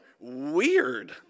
weird